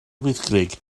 wyddgrug